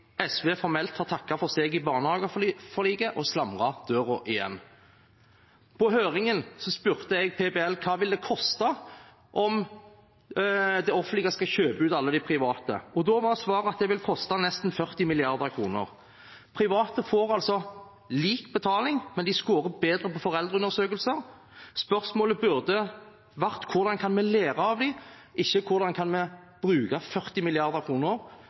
SV formelt har takket for seg i barnehageforliket og slamret døren igjen. På høringen spurte jeg Private Barnehagers Landsforbund hva det vil koste om det offentlige skulle kjøpe ut alle de private. Da var svaret at det ville koste nesten 40 mrd. kr. Private får altså lik betaling, men de skårer bedre på foreldreundersøkelser. Spørsmålet burde vært hvordan vi kan lære av dem, og ikke hvordan vi kan bruke 40